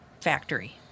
factory